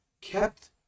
kept